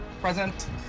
present